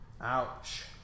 Ouch